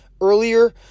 earlier